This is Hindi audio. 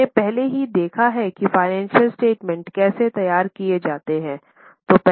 हमने पहले ही देखा है कि फ़ाइनेंशियल स्टेटमेंट कैसे तैयार किए जाते हैं